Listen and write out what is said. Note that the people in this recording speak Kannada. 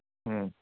ಹ್ಞೂ